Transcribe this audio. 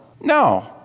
No